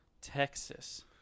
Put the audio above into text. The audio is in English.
texas